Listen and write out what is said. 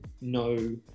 no